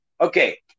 okay